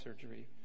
surgery